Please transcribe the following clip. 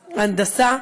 הנדסה.